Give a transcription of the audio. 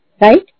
right